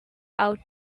out